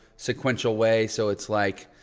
sequential way. so it's like,